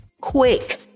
quick